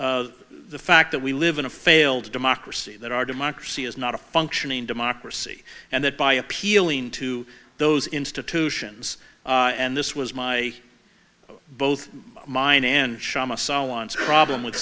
the fact that we live in a failed democracy that our democracy is not a functioning democracy and that by appealing to those institutions and this was my both mine and sharma's problem with